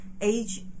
age